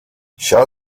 shut